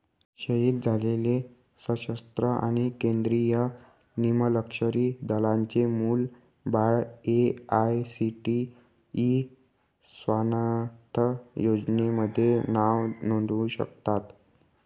शहीद झालेले सशस्त्र आणि केंद्रीय निमलष्करी दलांचे मुलं बाळं ए.आय.सी.टी.ई स्वानथ योजनेमध्ये नाव नोंदवू शकतात